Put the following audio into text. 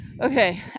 Okay